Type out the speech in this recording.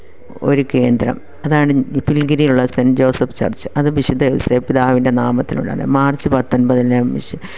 ഒരു കേന്ദ്രം അതാണ് പുൽങ്കിരിയുള്ള സെൻ ജോസഫ് ചർച്ച് അത് വിശുദ്ധ ഔസേപ്പ് പിതാവിൻ്റെ നാമത്തിലുള്ളതാണ് മാർച്ച് പത്തൊമ്പതിന് വിശു